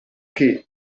che